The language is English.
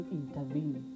intervene